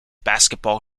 basketball